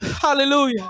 Hallelujah